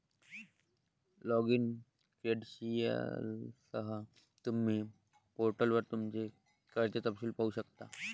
login क्रेडेंशियलसह, तुम्ही पोर्टलवर तुमचे कर्ज तपशील पाहू शकता